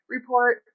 Report